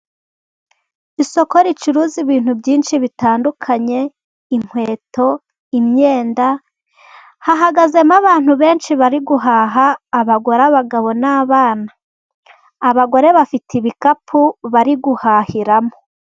Isoko ricuruza ibintu byinshi bitandukanye inkweto, imyenda. Hahagazemo abantu benshi bari guhaha: abagore, abagabo n’abana. Abagore bafite ibikapu bari guhahiramo.